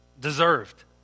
deserved